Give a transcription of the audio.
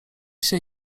się